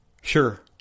Sure